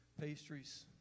pastries